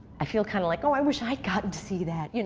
i feel kind of like, oh, i wish i'd gotten to see that. you know